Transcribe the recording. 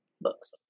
Books